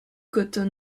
cotton